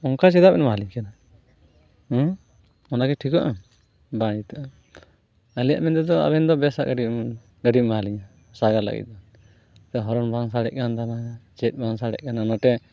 ᱚᱱᱠᱟ ᱪᱮᱫᱟᱜᱵᱮᱱ ᱮᱢᱟᱞᱤᱧ ᱠᱟᱱᱟ ᱚᱱᱟᱜᱮ ᱴᱷᱤᱠᱼᱟ ᱵᱟᱝ ᱡᱩᱛᱩᱜᱼᱟ ᱟᱞᱮᱭᱟᱜ ᱢᱮᱱᱛᱮᱫᱚ ᱟᱵᱮᱱᱫᱚ ᱵᱮᱥᱼᱟᱜ ᱜᱟᱹᱰᱤ ᱜᱟᱰᱤ ᱮᱢᱟᱞᱤᱧ ᱵᱮᱱ ᱥᱟᱜᱟᱲ ᱞᱟᱜᱤᱫ ᱫᱚ ᱚᱠᱟ ᱦᱚᱨᱮᱱ ᱵᱟᱝ ᱥᱟᱰᱮᱜ ᱠᱟᱱᱛᱟᱵᱮᱱᱟ ᱪᱮᱫ ᱵᱟᱝ ᱥᱟᱰᱮᱜ ᱠᱟᱱᱟ ᱢᱤᱫᱴᱮᱡ